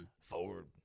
Ford